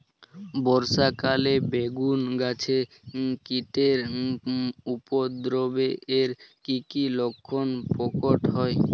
বর্ষা কালে বেগুন গাছে কীটের উপদ্রবে এর কী কী লক্ষণ প্রকট হয়?